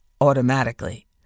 automatically